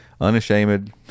Unashamed